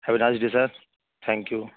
have a nice day sir thank you